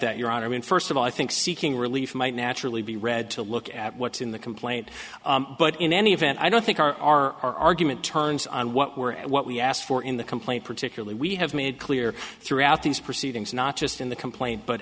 that your honor i mean first of all i think seeking relief might naturally be read to look at what's in the complaint but in any event i don't think our argument turns on what we're what we asked for in the complaint particularly we have made clear throughout these proceedings not just in the complaint but